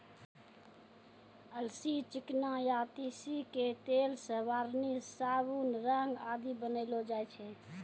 अलसी, चिकना या तीसी के तेल सॅ वार्निस, साबुन, रंग आदि बनैलो जाय छै